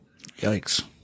Yikes